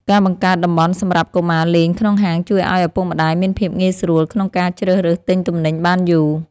ការបង្កើតតំបន់សម្រាប់កុមារលេងក្នុងហាងជួយឱ្យឪពុកម្តាយមានភាពងាយស្រួលក្នុងការជ្រើសរើសទិញទំនិញបានយូរ។